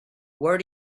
where